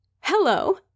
hello